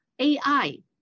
AI